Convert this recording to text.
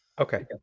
Okay